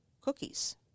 cookies